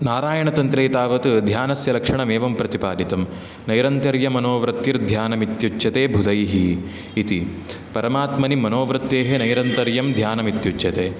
नारायणतन्त्रे तावत् ध्यानस्य लक्षणम् एवं प्रतिपादितं नैरन्तर्यमनोवृत्तिर्ध्यानमित्युच्यते बुधैः इति परमात्मनि मनोवृत्तेः नैरन्तर्यं ध्यानमित्युच्यते